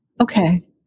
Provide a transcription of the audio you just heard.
okay